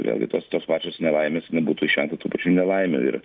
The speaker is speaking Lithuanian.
vėlgi tos tos pačios nelaimės kad būtų išvengta tų pačių nelaimių ir